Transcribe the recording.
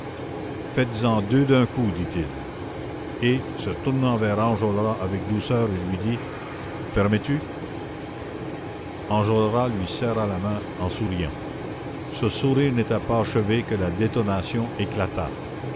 faites-en deux d'un coup dit-il et se tournant vers enjolras avec douceur il lui dit permets tu enjolras lui serra la main en souriant ce sourire n'était pas achevé que la détonation éclata